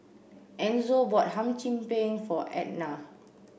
Enzo bought Hum Chim Peng for Etna